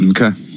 Okay